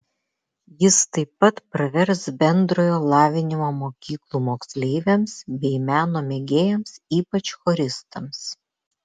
jis taip pat pravers bendrojo lavinimo mokyklų moksleiviams bei meno mėgėjams ypač choristams